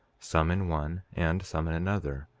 some in one and some in another,